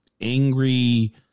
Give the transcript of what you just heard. angry